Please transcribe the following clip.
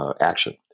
action